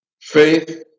Faith